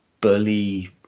bully